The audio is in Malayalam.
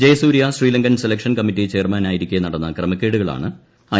ജയസൂര്യ ശ്രീലങ്കൻ സെലക്ഷൻ കമ്മിറ്റി ചെയർമാനായിരിക്കെ നടന്ന ക്രമക്കേടുകളാണ് ഐ